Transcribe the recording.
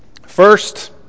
First